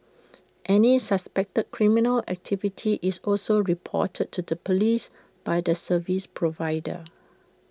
any suspected criminal activity is also reported to the Police by the service provider